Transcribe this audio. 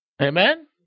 Amen